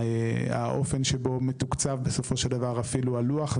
האופן שבו מתוקצב בסופו של דבר אפילו הלוח,